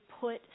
put